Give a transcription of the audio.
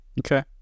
Okay